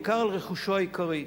בעיקר על רכושו העיקרי.